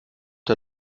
der